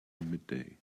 midday